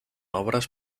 obras